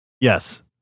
Yes